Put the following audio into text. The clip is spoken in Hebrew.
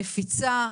נפיצה,